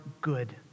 good